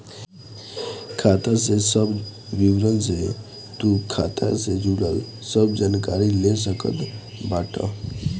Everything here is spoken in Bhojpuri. खाता के सब विवरण से तू खाता से जुड़ल सब जानकारी ले सकत बाटअ